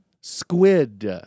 squid